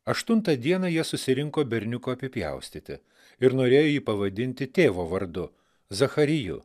aštuntą dieną jie susirinko berniuko apipjaustyti ir norėjo jį pavadinti tėvo vardu zachariju